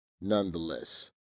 nonetheless